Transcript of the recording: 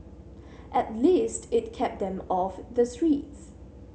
at least it kept them off the streets